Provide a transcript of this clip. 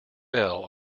bell